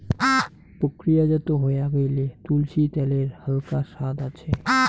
প্রক্রিয়াজাত হয়া গেইলে, তুলসী ত্যালের হালকা সাদ আছে